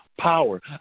power